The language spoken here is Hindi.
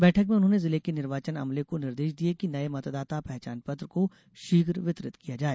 बैठक में उन्होंने जिले के निर्वाचन अमले को निर्देश दिये कि नये मतदाता पहचान पत्र को शीघ्र वितरित किया जाए